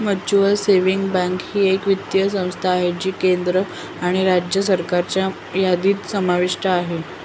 mutual savings bank ही एक वित्तीय संस्था आहे जी केंद्र आणि राज्य सरकारच्या यादीत समाविष्ट आहे